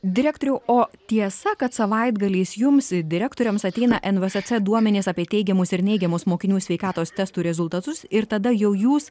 direktoriau o tiesa kad savaitgaliais jums direktoriams ateina nvsc duomenys apie teigiamus ir neigiamus mokinių sveikatos testų rezultatus ir tada jau jūs